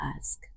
ask